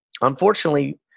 unfortunately